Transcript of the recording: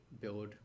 build